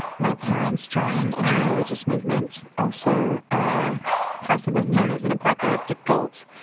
my parents joined a new religious movement, also ah possibly known as an apocalyptic cult,